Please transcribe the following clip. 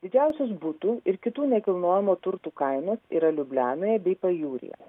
didžiausias butų ir kitų nekilnojamo turto kainos yra liublianoje bei pajūryje